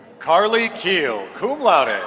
carly kiel, cum laude.